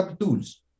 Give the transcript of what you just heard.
tools